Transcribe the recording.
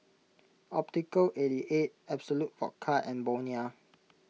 Optical eighty eight Absolut Vodka and Bonia